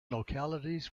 localities